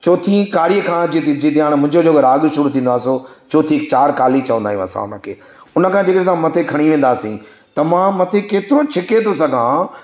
चोथीं कारीअ खां जेकी जेके हाणे मुंहिंजो राॻु शुरू थींदो आहे सो चोथीं चारि काली चवंदा आहियूं असां हुनखे हुनखे जेका असां मथे खणी वेंदासीं त मां मथे केतिरो छिके थो सघां